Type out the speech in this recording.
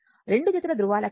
రెండు జతల ధృవాలకి సమానం